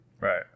Right